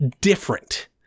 different